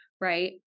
right